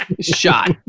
shot